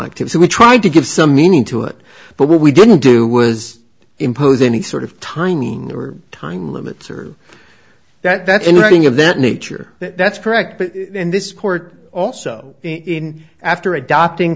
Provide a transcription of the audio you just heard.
activity we tried to give some meaning to it but what we didn't do was impose any sort of tiny or time limits or that in writing of that nature that's correct but in this court also in after adopting